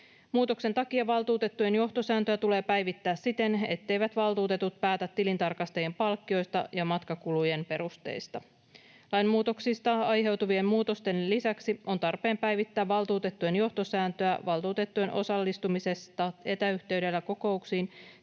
Muutoksen takia valtuutettujen johtosääntöä tulee päivittää siten, etteivät valtuutetut päätä tilintarkastajien palkkioista ja matkakulujen perusteista. Lainmuutoksista aiheutuvien muutosten lisäksi on tarpeen päivittää valtuutettujen johtosääntöä valtuutettujen osallistumisesta etäyhteydellä kokouksiin